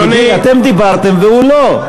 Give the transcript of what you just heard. אתם דיברתם והוא לא.